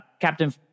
Captain